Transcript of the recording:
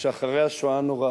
שאחרי השואה הנוראה,